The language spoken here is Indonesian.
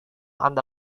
anda